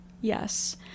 yes